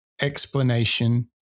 explanation